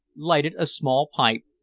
lighted a small pipe,